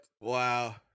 Wow